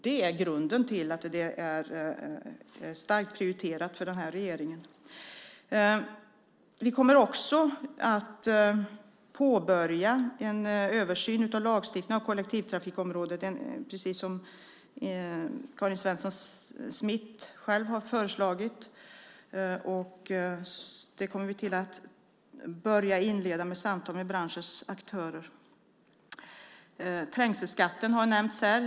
Det är grunden till att det är starkt prioriterat för den här regeringen. Vi kommer också att påbörja en översyn av lagstiftningen på kollektivtrafikområdet precis som Karin Svensson Smith själv har föreslagit. Vi kommer att inleda detta med samtal med branschens aktörer. Trängselskatten har nämnts här.